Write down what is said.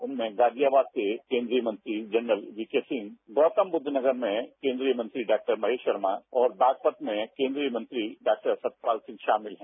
उनमें गाजियाबाद से केन्द्रीय मंत्री जनरल यीके सिंह गौतम दुद्ध नगर में केन्द्रीय मंत्री डॉ महेरा शर्मा और बागपत में केन्द्रीय मंत्री डॉ सतपाल सिंह शामिल हैं